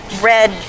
red